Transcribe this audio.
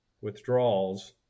withdrawals